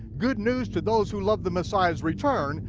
good news to those who love the messiah's return,